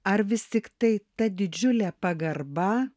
ar vis tiktai ta didžiulė pagarba